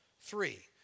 Three